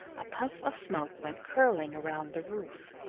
a puff of smoke went curling around the roof.